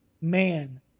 man